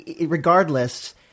regardless